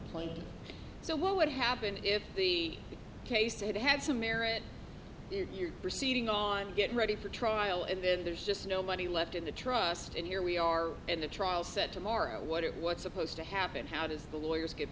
point so what would happen if the case it had some merit you're proceeding on get ready for trial and there's just nobody left in the trust and here we are in the trial set tomorrow what it was supposed to happen how does the lawyers get